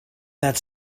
that